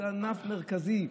זה ענף מרכזי.